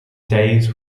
days